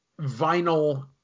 vinyl